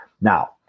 Now